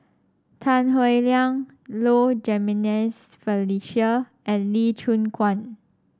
Tan Howe Liang Low Jimenez Felicia and Lee Choon Guan